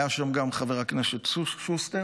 היה שם גם חבר הכנסת שוסטר